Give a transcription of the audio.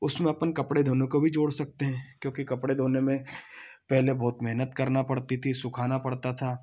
उसमें अपन कपड़े धोने को भी जोड़ सकते हैं क्योंकि कपड़े धोने में पहले बहुत मेहनत करना पड़ती थी सुखाना पड़ता था